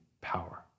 power